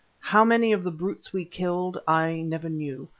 how many of the brutes we killed i never knew,